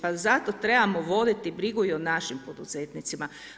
Pa zato trebamo voditi brigu i o našim poduzetnicima.